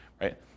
right